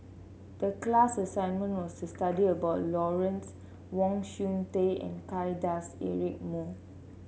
the class assignment was to study about Lawrence Wong Shyun Tsai and Kay Das Eric Moo